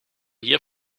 hier